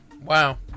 wow